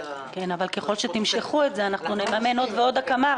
אבל ככל שתמשכו את זה אנחנו נממן עוד ועוד את ההקמה.